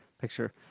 picture